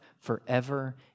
forever